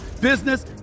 business